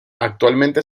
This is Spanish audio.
actualmente